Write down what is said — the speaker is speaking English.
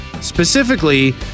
Specifically